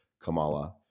kamala